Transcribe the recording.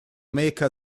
make